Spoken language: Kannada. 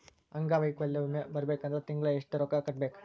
ಅಂಗ್ವೈಕಲ್ಯ ವಿಮೆ ಬರ್ಬೇಕಂದ್ರ ತಿಂಗ್ಳಾ ಯೆಷ್ಟ್ ರೊಕ್ಕಾ ಕಟ್ಟ್ಬೇಕ್?